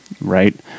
right